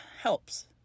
helps